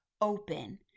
open